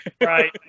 right